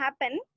happen